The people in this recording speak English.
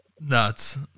Nuts